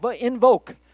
invoke